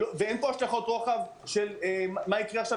ואין פה השלכות רוחב של מה יקרה עכשיו